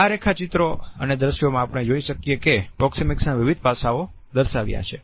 આ રેખાચિત્રો અને દ્રશ્યોમાં આપણે જોઈ શકીએ કે પ્રોક્ષિમિક્સના વિવિધ પાસાઓ દર્શાવ્યા છે